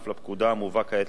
המובא כעת לאישורכם.